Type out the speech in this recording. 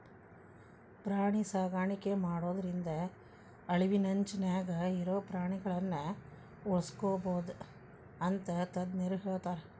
ಪ್ರಾಣಿ ಸಾಕಾಣಿಕೆ ಮಾಡೋದ್ರಿಂದ ಅಳಿವಿನಂಚಿನ್ಯಾಗ ಇರೋ ಪ್ರಾಣಿಗಳನ್ನ ಉಳ್ಸ್ಬೋದು ಅಂತ ತಜ್ಞರ ಹೇಳ್ತಾರ